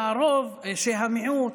שהמיעוט,